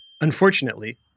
Unfortunately